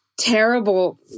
terrible